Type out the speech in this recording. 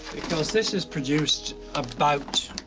because this is produced about